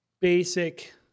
basic